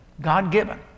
God-given